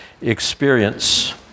experience